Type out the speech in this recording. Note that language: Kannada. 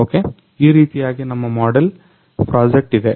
ಈ ರೀತಿಯಾಗಿ ನಮ್ಮ ಮಾಡೆಲ್ ಪ್ರಾಜೆಕ್ಟ್ ಇದೆ